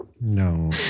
No